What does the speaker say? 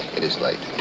it is late.